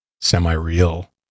semi-real